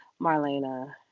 Marlena